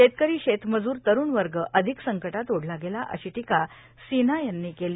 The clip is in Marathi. शेतकरी शेतमजूर तरूण वर्ग अधिक संकटात ओढला गेला अशी टीका सिन्हा यांनी केली